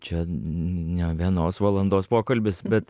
čia ne vienos valandos pokalbis bet